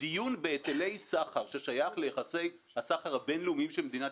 דיון בהיטלי סחר ששייך ליחסי הסחר הבין-לאומיים של מדינת